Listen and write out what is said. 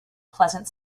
pleasant